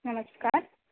नमस्कार